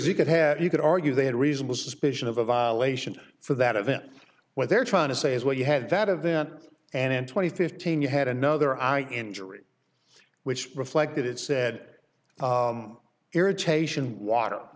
you could have you could argue they had reasonable suspicion of a violation for that event where they're trying to say is what you had that event and in twenty fifteen you had another eye injury which reflected it said irritation water